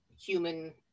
human